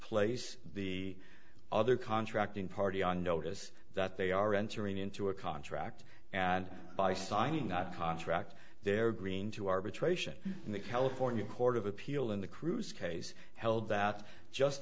place the other contracting party on notice that they are entering into a contract and by signing that contract they're green to arbitration and the california court of appeal in the cruise case held that just